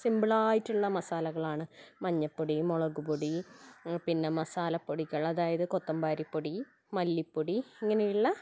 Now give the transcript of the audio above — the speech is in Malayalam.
സിമ്പിൾ ആയിട്ടുള്ള മസാലകളാണ് മഞ്ഞപ്പൊടി മുളക് പൊടി പിന്നെ മസാലപ്പൊടികൾ അതായത് കൊത്തമ്പാരിപ്പൊടി മല്ലിപ്പൊടി ഇങ്ങനെയുള്ള